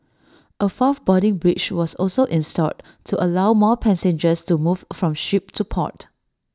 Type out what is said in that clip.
A fourth boarding bridge was also installed to allow more passengers to move from ship to port